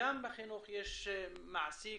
שגם החינוך מעסיק